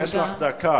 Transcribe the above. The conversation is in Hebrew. יש לך דקה,